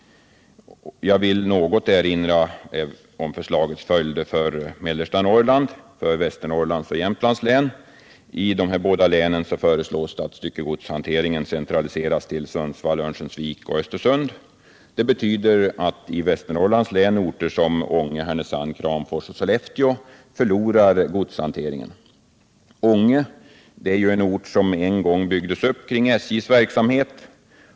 Jag vill något erinra om förslagets följder för mellersta Norrland, för Västernorrlands och Jämtlands län. I de här båda länen föreslås att styckegodshanteringen centraliseras till Sundsvall, Örnsköldsvik och Östersund. Det betyder i Västernorrlands län att orter som Ånge, Härnösand, Kramfors och Sollefteå förlorar godshanteringen. Ånge är ju en ort som en gång byggdes upp kring SJ:s verksamhet.